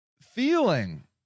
feeling